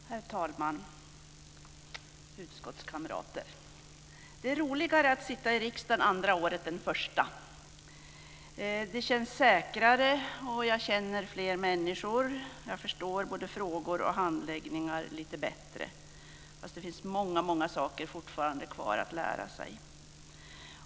Herr talman, utskottskamrater! Det är roligare att sitta i riksdagen andra året än det första. Det känns säkrare, jag känner fler människor, jag förstår både frågor och handläggningar lite bättre, fast det finns fortfarande många, många saker kvar att lära sig.